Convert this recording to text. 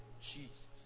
Jesus